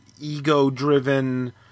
ego-driven